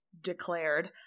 declared